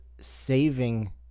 saving